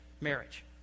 marriage